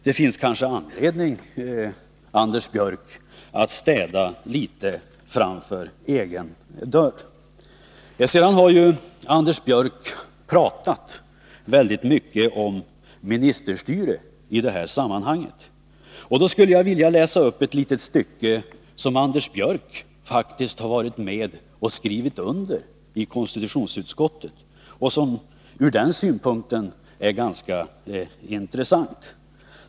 Det finns kanske anledning, Anders Björck, att städa litet framför egen dörr. Anders Björck har pratat väldigt mycket om ministerstyre i det här sammanhanget. Jag skulle vilja läsa upp ett litet stycke som Anders Björck faktiskt har varit med och skrivit under i konstitutionsutskottet, och som ur den synpunkten är ganska intressant.